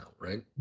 right